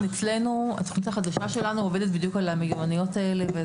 התכנית החדשה שלנו עובדת בדיוק על המיומנויות האלה.